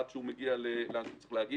עד שהוא מגיע לאן שהוא צריך להגיע.